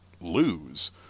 lose